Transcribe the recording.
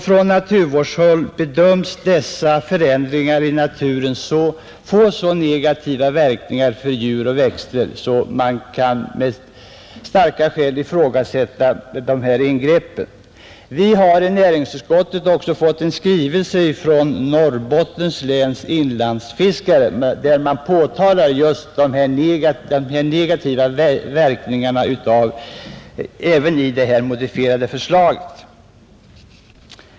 Från naturvårdshåll bedöms dessa förändringar i naturen få så stora negativa verkningar för djur och växter att man med starka skäl kan ifrågasätta de planerade ingreppen. Näringsutskottet har också mottagit en skrivelse från Norrbottens läns inlandsfiskare, där man påtalar dessa negativa verkningar av även det modifierade förslaget.